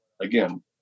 again